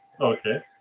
Okay